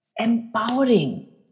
empowering